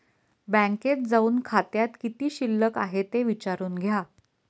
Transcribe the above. बँकेत जाऊन खात्यात किती शिल्लक आहे ते विचारून घ्या